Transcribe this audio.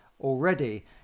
already